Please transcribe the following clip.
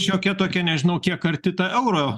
šiokia tokia nežinau kiek arti ta euro